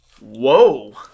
whoa